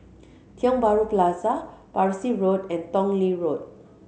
Tiong Bahru Plaza Parsi Road and Tong Lee Road